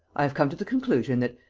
i have come to the conclusion that,